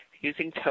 using